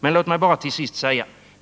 Men låt mig till sist säga följande.